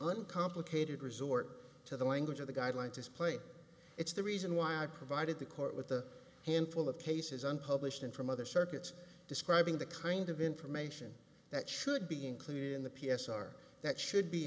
uncomplicated resort to the language of the guidelines as play it's the reason why i provided the court with the handful of cases unpublished and from other circuits describing the kind of information that should be included in the p s r that should be